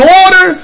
order